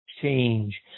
change